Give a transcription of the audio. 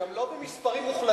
גם לא במספרים מוחלטים,